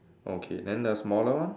okay then the smaller one